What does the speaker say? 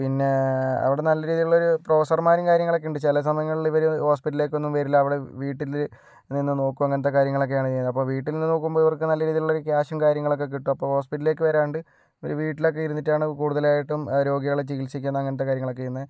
പിന്നെ അവിടെ നല്ല രീതിയിലുള്ള ഒരു പ്രൊഫസർമാരും കാര്യങ്ങളും ഒക്കെ ഉണ്ട് ചില സമയങ്ങളിലെ ഇവര് ഹോസ്പിറ്റലിലേക്ക് ഒന്നും വരില്ല അവിടെ വീട്ടില് നിന്ന് നോക്കും അങ്ങനത്തെ കാര്യങ്ങളൊക്കെയാണ് ചെയ്യുന്നത് അപ്പോൾ വീട്ടിൽ നോക്കുമ്പോൾ ഇവർക്ക് നല്ലരീതിയിലുള്ള ഒരു ക്യാഷും കാര്യങ്ങളും ഒക്കെ കിട്ടും അപ്പോൾ ഹോസ്പിറ്റലിലേക്ക് വരാണ്ട് ഇവര് വീട്ടിലൊക്കെ ഇരുന്നിട്ടാണ് കൂടുതലായിട്ടും രോഗികളെ ചികിത്സിക്കുന്നത് അങ്ങനത്തെ കാര്യങ്ങളൊക്കെ ചെയ്യുന്നത്